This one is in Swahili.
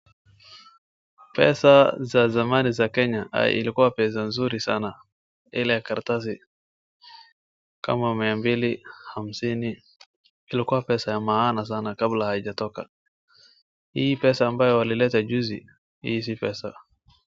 Pesa za zamani za kenya ilikua pesa nzuri sana ile ya karatasi kama mia mbili, hamsini. Ilikua pesa ya maana sana kabla haijatoka. Hii pesa ambayo walileta juzi hii si pesa.